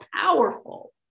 powerful